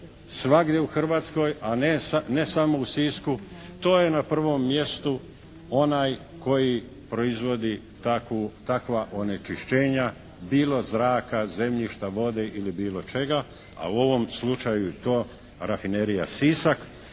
svagdje u Hrvatskoj, a ne samo u Sisku. To je na prvom mjestu onaj koji proizvodi takva onečišćenja bilo zraka, zemljišta, vode ili bilo čega, a u ovom slučaju je to rafinerija Sisak.